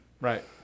right